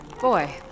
Boy